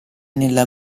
nella